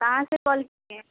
कहाँ से बोल रही है